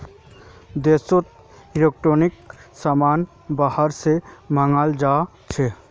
देशोत इलेक्ट्रॉनिक समान बाहर से मँगाल जाछे